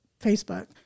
Facebook